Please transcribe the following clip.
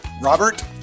Robert